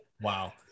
wow